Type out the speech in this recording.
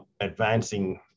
advancing